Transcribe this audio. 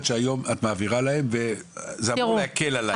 שהיום את מעבירה להם וזה אמור להקל עליהם?